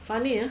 funny ah